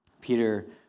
Peter